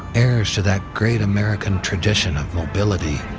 heirs to that great american tradition of mobility.